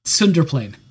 Sunderplane